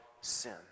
sin